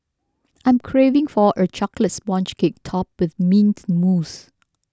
I am craving for a Chocolate Sponge Cake Topped with Mint Mousse